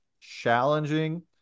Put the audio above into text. challenging